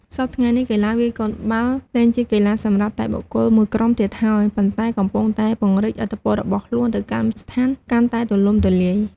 សព្វថ្ងៃនេះ កីឡាវាយកូនបាល់លែងជាកីឡាសម្រាប់តែបុគ្គលមួយក្រុមទៀតហើយ ប៉ុន្តែកំពុងតែពង្រីកឥទ្ធិពលរបស់ខ្លួនទៅកាន់មជ្ឈដ្ឋានកាន់តែទូលំទូលាយ។